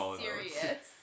serious